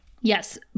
Yes